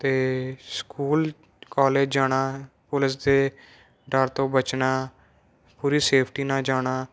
ਅਤੇ school college ਜਾਣਾ police ਦੇ ਡਰ ਤੋਂ ਬਚਣਾ ਪੂਰੀ ਸੇਫਟੀ ਨਾਲ ਜਾਣਾ